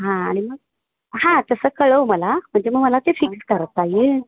हां आणि मग हां तसं कळव मला म्हणजे मग मला ते फिक्स करता ईल